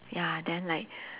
ya then like